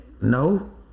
No